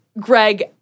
Greg